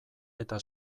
eta